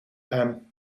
hem